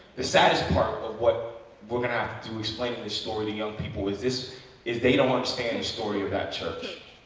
the saddest part of what we're going to have to explain this story to young people, is this is they don't understand the story of that church,